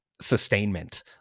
sustainment